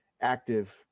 active